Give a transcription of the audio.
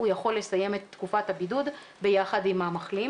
הוא יכול לסיים את תקופת הבידוד ביחד עם המחלים,